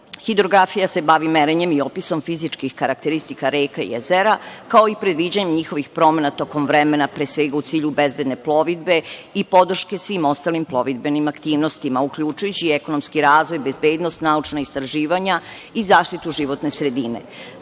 Hidrografija se bavi merenjem i opisom fizičkih karakteristika reka i jezera, kao i predviđanjem njihovih promena tokom vremena, pre svega u cilju bezbedne plovidbe i podrške svim ostalim plovidbenim aktivnostima, uključujući i ekonomski razvoj, bezbednost, naučna istraživanja i zaštitu životne sredine. Predlog